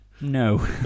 No